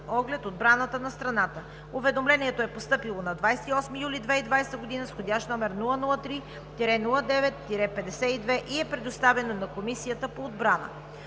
оглед отбраната на страната. Уведомлението е постъпило на 28 юли 2020 г. с вх. № 003-09-52 и е предоставено на Комисията по отбрана.